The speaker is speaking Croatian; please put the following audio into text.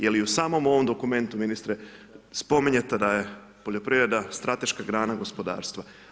Jer i u samom ovom dokumente ministre, spominjete da je poljoprivreda strateška grana gospodarstva.